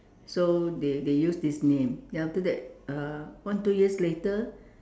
so they they use this name then after that uh one two years later